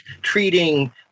treating